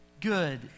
Good